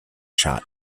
shot